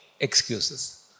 excuses